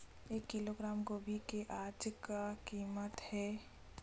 एक किलोग्राम गोभी के आज का कीमत हे?